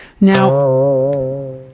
Now